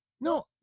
No